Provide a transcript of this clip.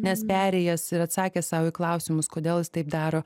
nes perėjas ir atsakė sau į klausimus kodėl jis taip daro